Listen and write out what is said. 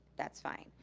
that's fine.